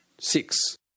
Six